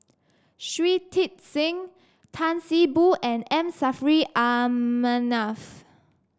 Shui Tit Sing Tan See Boo and M Saffri A Manaf